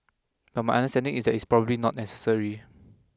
but my understanding is that it's probably not necessary